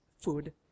food